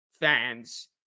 fans